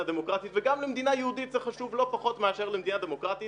דמוקרטית וגם למדינה יהודית זה חשוב לא פחות מאשר למדינה דמוקרטית